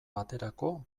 baterako